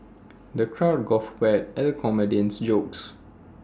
the crowd guffawed at the comedian's jokes